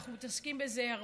אנחנו מתעסקים בזה הרבה,